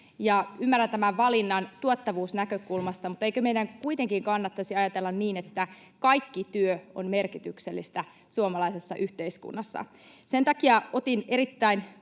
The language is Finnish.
Ymmärrän tämän valinnan tuottavuusnäkökulmasta, mutta eikö meidän kuitenkin kannattaisi ajatella niin, että kaikki työ on merkityksellistä suomalaisessa yhteiskunnassa? Sen takia otin erittäin